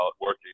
working